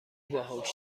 باهوش